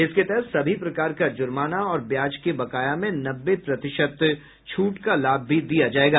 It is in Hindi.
इसके तहत सभी प्रकार का जुर्माना और ब्याज के बकाया में नब्बे प्रतिशत छूट का लाभ भी दिया जायेगा